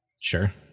Sure